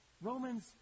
Romans